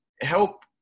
help